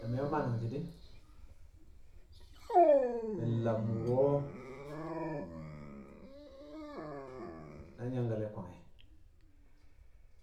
Na mi̱ yang maa nangji̱ di̱, mi̱ nlam wṵro̱ na nyangkale̱ kwange̱.